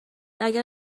اگر